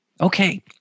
Okay